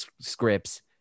scripts